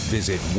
Visit